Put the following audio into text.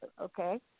Okay